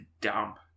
dump